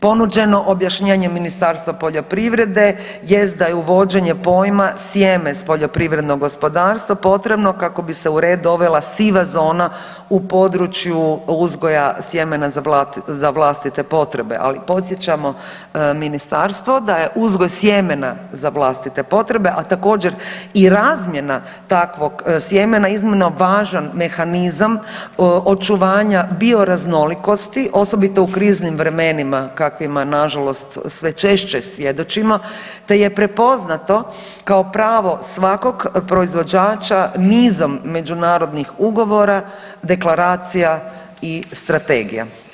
Ponuđeno objašnjenje Ministarstva poljoprivrede jest da uvođenje pojma sjeme s poljoprivrednog gospodarstva potrebno kako bi se u red dovela siva zona u području uzgoja sjemena za vlastite potrebe, ali podsjećamo Ministarstvo da je uzgoj sjemena za vlastitu potrebe, a također, i razmjena takvog sjemena iznimno važan mehanizam očuvanja bioraznolikosti, osobito u kriznim vremenima kakvima nažalost sve češće svjedočimo te je prepoznato kao pravo svakog proizvođača nizom međunarodnih ugovora, deklaracija i strategija.